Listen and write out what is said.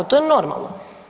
To je normalno.